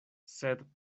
sed